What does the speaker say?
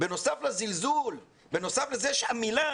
בנוסף לזלזול, בנוסף לזה שהמילה